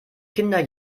kinder